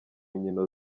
nkino